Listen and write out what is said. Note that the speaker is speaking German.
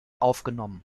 aufgenommen